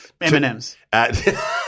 MMs